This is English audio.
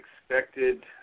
expected